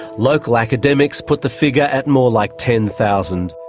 local academics put the figure at more like ten thousand.